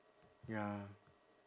ya